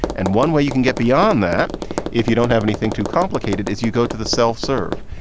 and one way you can get beyond that if you don't have anything too complicated is you go to the self-serve.